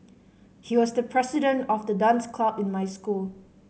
he was the president of the dance club in my school